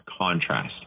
contrast